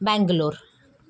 Bangalore